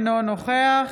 אינו נוכח